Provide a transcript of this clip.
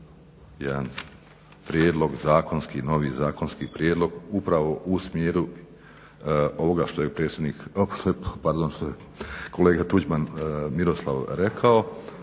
jedan prijedlog zakonski, novi zakonski prijedlog upravo u smjeru ovoga što je kolega Tuđman Miroslav rekao